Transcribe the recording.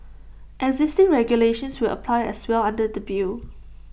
existing regulations will apply as well under the bill